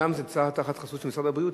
אומנם זה צעד תחת חסות של משרד הבריאות,